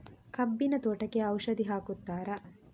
ಕಬ್ಬಿನ ತೋಟಕ್ಕೆ ಔಷಧಿ ಹಾಕುತ್ತಾರಾ?